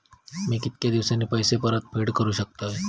मी कीतक्या दिवसांनी पैसे परत फेडुक शकतय?